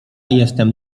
jestem